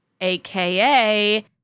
aka